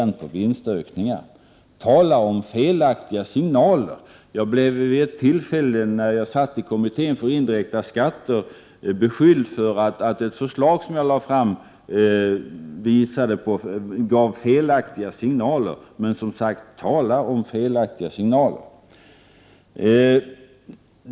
1988/89:125 vinstökningar. Tala om felaktiga signaler! 31 maj 1989 När jag ingick i kommittén för indirekta skatter blev jag vid ett tillfälle beskylld för att ett förslag som jag lade fram gav felaktiga signaler. Här kan man verkligen tala om felaktiga signaler.